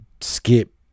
skip